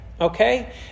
Okay